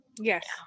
yes